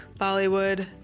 Bollywood